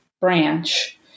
branch